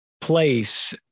place